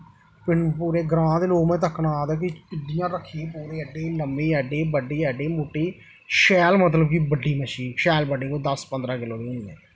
पूरे ग्रांऽ दे लोग तक्कन आ दे हे कि जियां रक्खी पूरी एड्डी लम्मी एड्डी बड्डी एड्डी मुट्टी शैल मतलब कि बड्डी मच्छी ही शैल बड्डी कोई दस पंदरां किलो दी मच्छी होनी ही